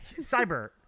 cyber